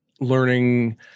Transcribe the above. learning